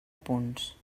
punts